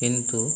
কিন্তু